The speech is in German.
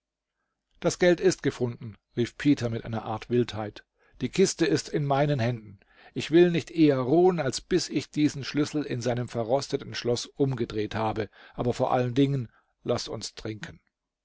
das geld ist gefunden rief peter mit einer art wildheit die kiste ist in meinen händen ich will nicht eher ruhen als bis ich diesen schlüssel in seinem verrosteten schloß umgedreht habe aber vor allen dingen laß uns trinken